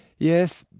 yes.